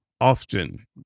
often